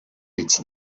биз